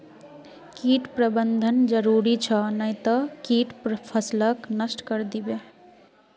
कीट प्रबंधन जरूरी छ नई त कीट फसलक नष्ट करे दीबे